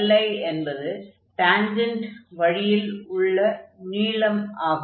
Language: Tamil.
li என்பது டான்ஜென்ட் வழியில் உள்ள நீளம் ஆகும்